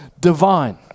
divine